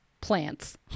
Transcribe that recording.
plants